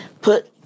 put—